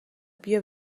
بیا